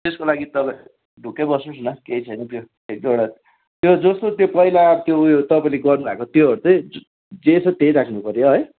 त्यसको लागि तपाईँ ढुक्कै बस्नुहोस् न केही छैन त्यो एक दुईवटा त्यो जस्तो त्यो पहिला त्यो उयो तपाईँले गर्नुभएको त्योहरू चाहिँ जे छ त्यही राख्नुपर्यो है